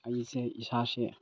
ꯑꯩꯁꯦ ꯏꯁꯥꯁꯦ